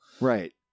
Right